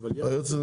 אין בעיה.